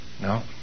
No